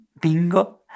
bingo